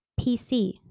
PC